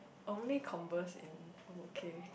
only converse in okay